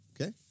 okay